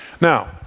Now